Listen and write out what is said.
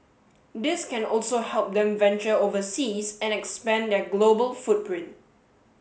this can also help them venture overseas and expand their global footprint